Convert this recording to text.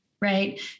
right